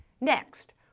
Next